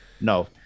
no